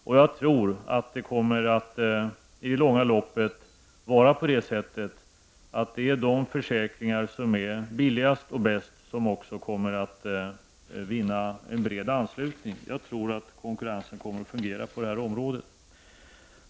Och jag tror att det i det långa loppet kommer att vara de försäkringar som är billigast och bäst som också kommer att vinna en bred anslutning. Jag tror att konkurrensen kommer att fungera på detta område.